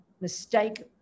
mistake